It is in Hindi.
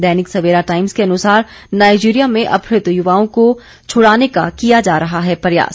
दैनिक सवेरा टाइम्स के अनुसार नाइजीरिया में अपहृत युवाओं को छुड़ाने का किया जा रहा है प्रयास